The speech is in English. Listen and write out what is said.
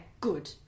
good